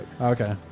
Okay